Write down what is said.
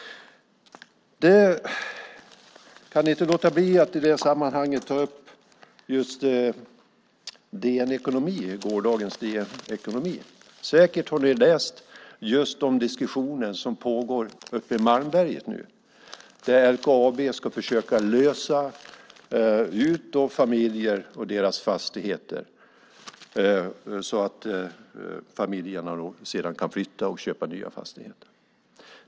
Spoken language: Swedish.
Jag kan inte låta bli att ta upp det som skrevs i gårdagens DN Ekonomi. Säkert har ni läst om den diskussion som nu pågår uppe i Malmberget. Där ska LKAB försöka lösa ut familjer och deras fastigheter, så att familjerna kan flytta och köpa nya fastigheter.